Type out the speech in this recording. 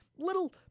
Little